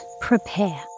prepare